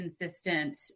consistent